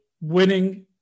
winning